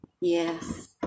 Yes